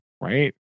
right